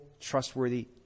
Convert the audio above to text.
trustworthy